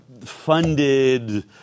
funded